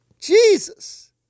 Jesus